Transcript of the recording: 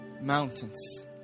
mountains